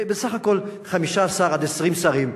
בסך הכול 15 20 שרים,